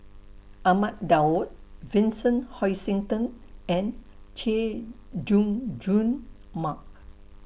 Ahmad Daud Vincent Hoisington and Chay Jung Jun Mark